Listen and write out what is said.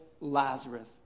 Lazarus